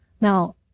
Now